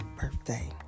birthday